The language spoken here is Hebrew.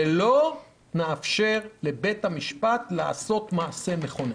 ולא נאפשר לבית המשפט לעשות מעשה מכונן.